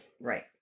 Right